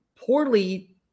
poorly